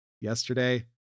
yesterday